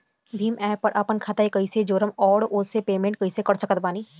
Bhim app पर आपन खाता के कईसे जोड़म आउर ओसे पेमेंट कईसे कर सकत बानी?